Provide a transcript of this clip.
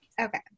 Okay